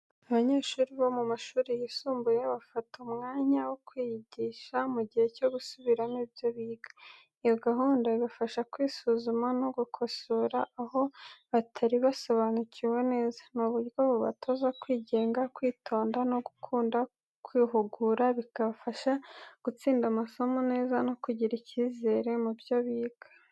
Abanyeshuri bo mu mashuri yisumbuye bafata umwanya wo kwiyigisha, mu gihe cyo gusubiramo ibyo biga. Iyo gahunda ibafasha kwisuzuma no gukosora aho batari basobanukiwe neza. Ni uburyo bubatoza kwigenga, kwitonda no gukunda kwihugura, bikabafasha gutsinda amasomo neza no kugira icyizere mu byo biga.